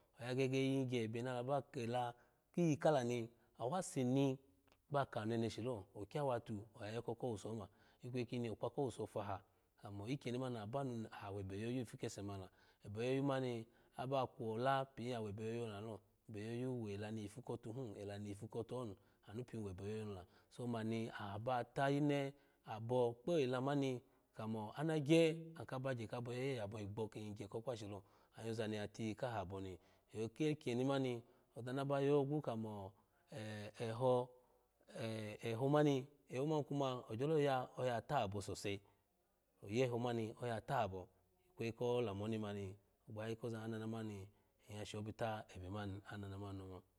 Oya gege yinghye ebe ni ala ba kela kpiyi ka lani awaseni ba ka neneshi lo okyawatu oya yoko kowuso oma ikweyi kini okpa kowuso faha kamo ikyeni mani aha banu ni aha webe yoyu hi kese mani la ebe yoyu mani aba kwola pin ya webe yoyu oni lalo ebe yoyu wela ni yifu kotuhun ela ni yifukotu hi ni anu pin webe yoyu oni la so mani aha ba tayine abo kpela oni la so mani aha ba tayine abo kpela mani kamo aanka bagye kabo yeye yabo yi gbo kin yingye ko kwa shi lo anyo zani ya tiyi kaha abo ni ki kyeni mani ozani aba yogu kamo e echo echo mani echo man kuma ogyolo ya aya tabo sosai oyeho mani oya tabo ikweyi ko lamu oni mani gbayayi koza ananamani in ya shobita ebe mani anananman ni oma.